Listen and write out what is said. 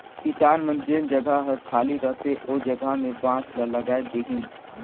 किसान मन जेन जघा हर खाली रहथे ओ जघा में बांस ल लगाय देतिन